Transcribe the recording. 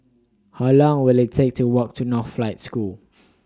How Long Will IT Take to Walk to Northlight School